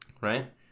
right